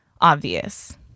obvious